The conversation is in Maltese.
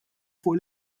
fuq